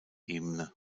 ebene